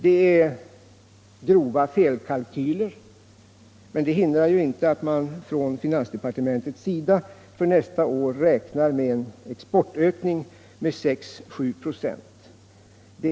Det är grova felkalkyler, men det hindrar inte att finansdepartementet för nästa år räknar med en exportökning med 6-7 96.